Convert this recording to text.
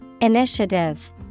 Initiative